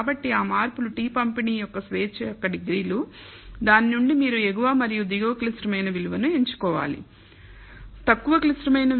కాబట్టి ఆ మార్పులు t పంపిణీ యొక్క స్వేచ్ఛ యొక్క డిగ్రీలు దాని నుండి మీరు ఎగువ మరియు దిగువ క్లిష్టమైన విలువను ఎంచుకోవాలి తక్కువ క్లిష్టమైన విలువ 2